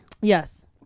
Yes